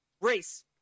race